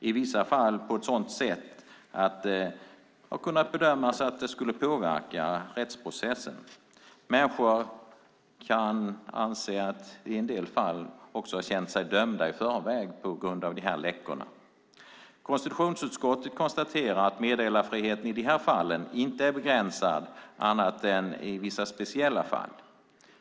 I vissa fall har det varit på ett sådant sätt att det kan bedömas påverka rättsprocessen. Människor kan i en del fall ha känt sig dömda i förväg på grund av dessa läckor. Konstitutionsutskottet konstaterar att meddelarfriheten i de fallen inte är begränsad - annat än i vissa speciella fall.